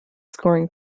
scoring